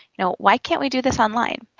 you know why can't we do this online?